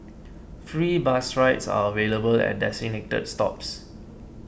free bus rides are available at designated stops